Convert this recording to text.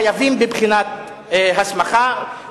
חייבים בבחינת הסמכה,